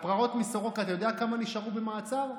מהפרעות מסורוקה, אתה יודע כמה נשארו במעצר?